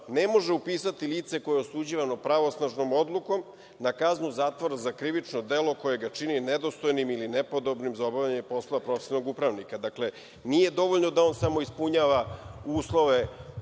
ne može upisati lice koje je osuđivano pravosnažnom odlukom na kaznu zatvora za krivično delo koje ga čini nedostupnim ili nepodobnim za obavljanje poslova profesionalnog upravnika. Dakle, nije dovoljno da on samo ispunjava uslove